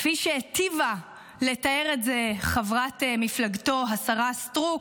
כפי שהיטיבה לתאר את זה חברת מפלגתו השרה סטרוק,